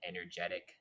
energetic